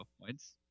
points